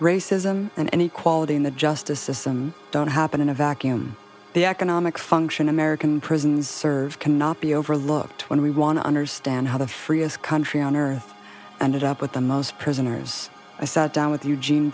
racism and any quality in the justice system don't happen in a vacuum the economic function american prisons serve cannot be overlooked when we want to understand how the freest country on earth and it up with the most prisoners i sat down with eugene